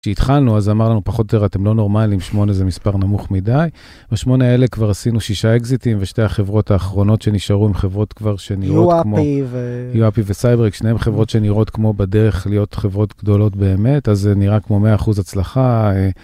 כשהתחלנו אז אמרנו פחות או יותר אתם לא נורמלים 8 זה מספר נמוך מידי, בשמונה האלה כבר עשינו 6 אקזיטים ושתי החברות האחרונות שנשארו הם חברות כבר שנראות כמו UAPI וCyberX, שניהם חברות שנראות כמו בדרך להיות חברות גדולות באמת אז זה נראה כמו 100% הצלחה.